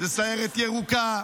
זה סיירת ירוקה,